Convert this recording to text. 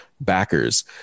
backers